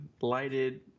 lighted